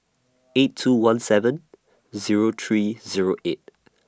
eight two one seven Zero three Zero eight